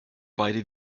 beide